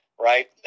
Right